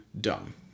dumb